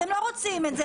אתם לא רוצים את זה?